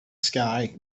sky